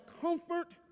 comfort